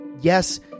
Yes